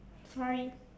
sorry